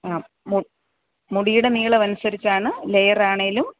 ആ മുടിയുടെ നീളം അനുസരിച്ചാണ് ലെയർ ആണെങ്കിലും